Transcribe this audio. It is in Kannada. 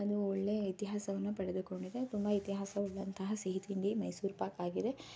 ಅದು ಒಳ್ಳೆಯ ಇತಿಹಾಸವನ್ನು ಪಡೆದುಕೊಂಡಿದೆ ತುಂಬ ಇತಿಹಾಸವುಳ್ಳಂತಹ ಸಿಹಿ ತಿಂಡಿ ಮೈಸೂರು ಪಾಕ್ ಆಗಿದೆ